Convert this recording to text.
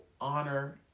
honor